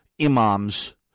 imams